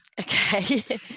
okay